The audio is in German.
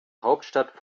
hauptstadt